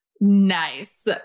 Nice